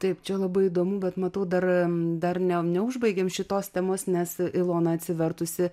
taip čia labai įdomu bet matau dar dar ne neužbaigėm šitos temos nes ilona atsivertusi